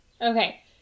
Okay